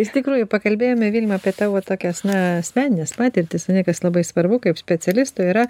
iš tikrųjų pakalbėjome vilma apie tavo tokias na asmenines patirtis ane kas labai svarbu kaip specialisto yra